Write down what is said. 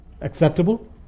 acceptable